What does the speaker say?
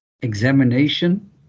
examination